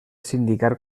sindicar